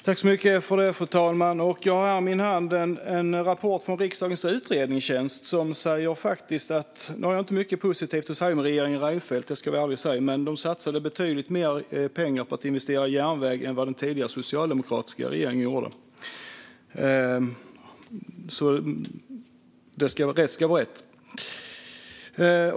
Fru talman! Nu ska jag vara ärlig och säga att jag inte har mycket positivt att säga om regeringen Reinfeldt, men enligt en rapport från riksdagens utredningstjänst som jag har i handen satsade den regeringen betydligt mer pengar på att investera i järnväg än vad den tidigare socialdemokratiska regeringen gjorde. Rätt ska vara rätt.